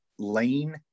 lane